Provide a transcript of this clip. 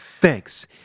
Thanks